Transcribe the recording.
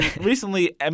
Recently